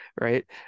right